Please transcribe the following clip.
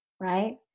right